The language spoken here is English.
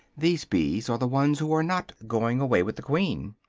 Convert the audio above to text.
these bees are the ones who are not going away with the queen.